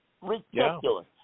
Ridiculous